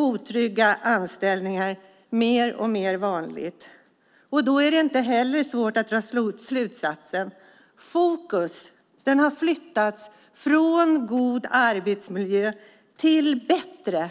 Otrygga anställningar har blivit alltmer vanliga, och då är det inte svårt att dra slutsatsen att fokus flyttats från god arbetsmiljö till bättre,